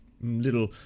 little